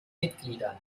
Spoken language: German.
mitgliedern